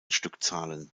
stückzahlen